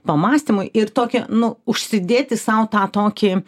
pamąstymui ir tokią nu užsidėti sau tą tokį